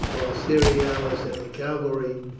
while cerealis and the cavalry,